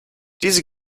diese